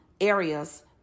Areas